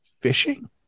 fishing